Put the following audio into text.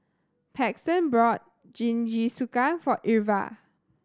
Paxton bought Jingisukan for Irva